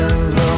alone